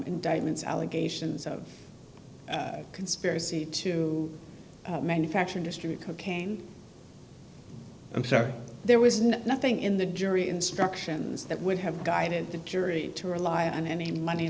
indictments allegations of conspiracy to manufacture industry cocaine i'm sorry there was nothing in the jury instructions that would have guided the jury to rely on any money